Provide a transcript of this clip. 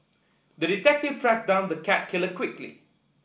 the detective tracked down the cat killer quickly